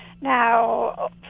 Now